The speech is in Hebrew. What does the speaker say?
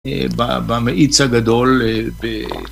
במאיץ הגדול